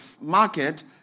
market